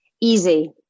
Easy